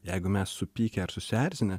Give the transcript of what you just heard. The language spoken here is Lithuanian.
jeigu mes supykę ar susierzinę